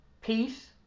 peace